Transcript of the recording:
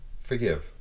forgive